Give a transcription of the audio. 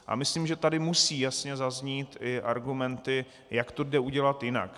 A myslím, že tady musí jasně zaznít i argumenty, jak to jde udělat jinak.